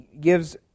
gives